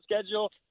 schedule